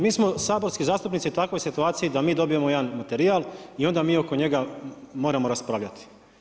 Mi smo saborski zastupnici u takvoj situaciji da mi dobijemo jedan materijal i onda mi oko njega moramo raspravljati.